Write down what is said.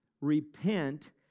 repent